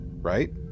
right